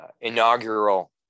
inaugural